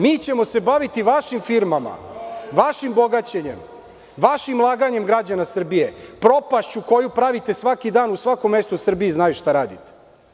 Mi ćemo se baviti vašim firmama, vašim bogaćenjem, vašim laganjem građana Srbije, propašću koju pravite svaki dan u svakom mestu u Srbiji, znaju šta radite.